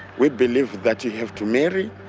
we believe that you have to marry,